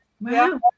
wow